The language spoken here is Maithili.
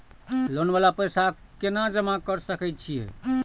लोन वाला पैसा केना जमा कर सके छीये?